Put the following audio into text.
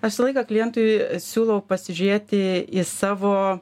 aš visą laiką klientui siūlau pasižiūrėti į savo